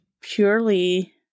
purely